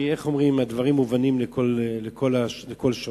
כי הדברים מובנים לכל שומע.